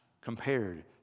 compared